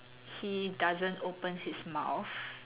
he doesn't open his mouth